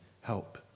help